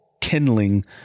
kindling